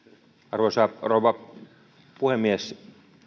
arvoisa rouva puhemies